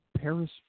Paris